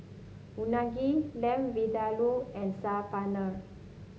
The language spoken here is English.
Unagi Lamb Vindaloo and Saag Paneer